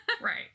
Right